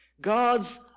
God's